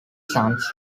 sons